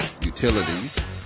utilities